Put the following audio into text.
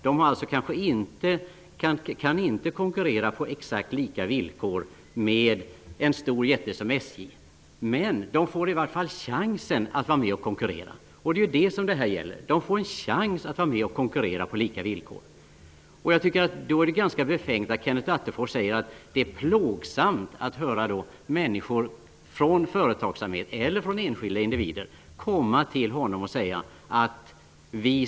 De kan inte konkurrera på exakt lika villkor med en stor jätte som SJ. Men de får i vart fall chansen att vara med och konkurrera. Det är det som det här gäller. De får en chans att vara med och konkurrera på lika villkor. Jag tycker att det är ganska befängt att Kenneth Attefors säger att det är plågsamt att behöva ta tid till att sitta och lyssna på människor från företagsvärlden eller enskilda individer som kommer till honom.